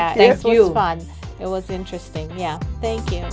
you it was interesting yeah thank you